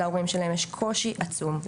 להורים שלהם יש קושי עצום,